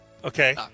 Okay